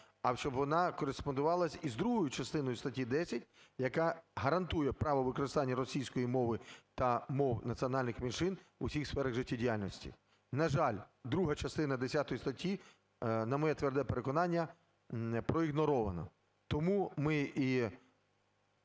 а щоб вона кореспондувалася із другою частиною статті 10, яка гарантує право використання російської мови та мов національних меншин у всіх сферах життєдіяльності. На жаль, друга частина 10 статті, на моє тверде переконання, проігнорована, тому ми і